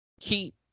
keep